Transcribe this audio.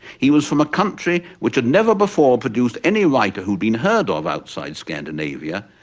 he was from a country which had never before produced any writer who'd been heard of outside scandinavia,